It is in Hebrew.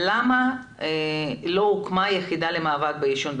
למה לא הוקמה יחידה למאבק בעישון,